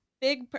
big –